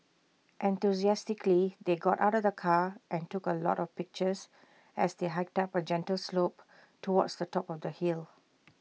enthusiastically they got out the car and took A lot of pictures as they hiked up A gentle slope towards the top of the hill